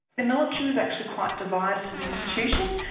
the military was actually quite divided as an institution,